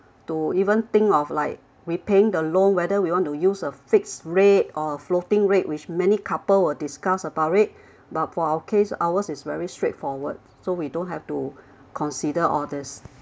to even think of like repaying the loan whether we want to use a fixed rate or floating rate which many couple will discuss about it but for our case ours is very straightforward so we don't have to consider all these